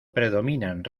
predominan